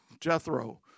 Jethro